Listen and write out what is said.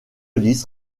lys